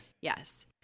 Yes